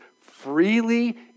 freely